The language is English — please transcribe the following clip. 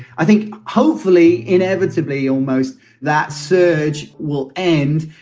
i think hopefully inevitably almost that surge will end.